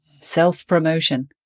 self-promotion